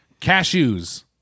Cashews